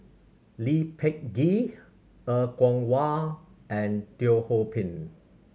Lee Peh Gee Er Kwong Wah and Teo Ho Pin